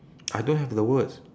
I don't have the words